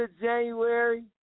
January